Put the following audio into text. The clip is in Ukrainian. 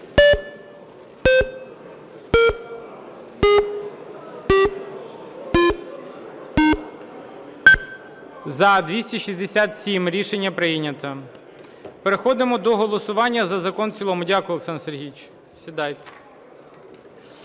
За-267 Рішення прийнято. Переходимо до голосування за закон в цілому. Дякую, Олександр Сергійович. Сідайте.